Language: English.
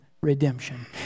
redemption